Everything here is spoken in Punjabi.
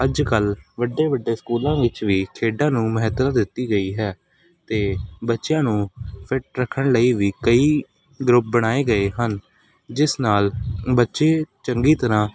ਅੱਜ ਕੱਲ੍ਹ ਵੱਡੇ ਵੱਡੇ ਸਕੂਲਾਂ ਵਿੱਚ ਵੀ ਖੇਡਾਂ ਨੂੰ ਮਹੱਤਤਾ ਦਿੱਤੀ ਗਈ ਹੈ ਅਤੇ ਬੱਚਿਆਂ ਨੂੰ ਫਿੱਟ ਰੱਖਣ ਲਈ ਵੀ ਕਈ ਗਰੁੱਪ ਬਣਾਏ ਗਏ ਹਨ ਜਿਸ ਨਾਲ ਬੱਚੇ ਚੰਗੀ ਤਰ੍ਹਾਂ